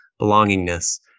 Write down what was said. belongingness